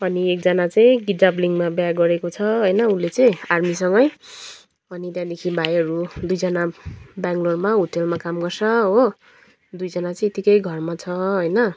अनि एकजना चाहिँ गिडाब्लिङमा बिहा गरेको छ होन उसले चाहिँ आर्मीसँगै अनि त्यहाँदेखि भाइहरू दुईजना बेङ्गलोरमा होटेलमा काम गर्छ हो दुईजना चाहिँ यतिकै घरमा छ होइन